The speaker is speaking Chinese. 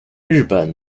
日本